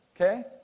Okay